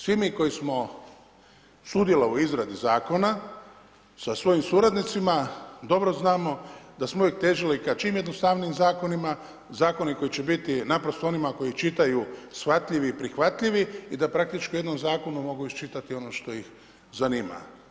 Svi mi koji smo sudjelovali u izradi zakona sa svojim suradnicima dobro znamo da smo uvijek težili k čim jednostavnijim zakonima, zakoni koji će biti onima koji čitaju shvatljivi i prihvatljivi i da praktički u jednom zakonu mogu iščitati ono što ih zanima.